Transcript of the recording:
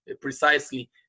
precisely